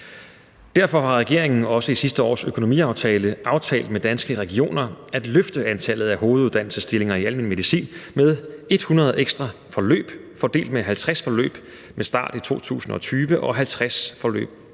Derfor har regeringen også i sidste års økonomiaftale aftalt med Danske Regioner at løfte antallet af hoveduddannelsesstillinger i almen medicin med 100 ekstra forløb fordelt med 50 forløb med start i 2020 og 50 forløb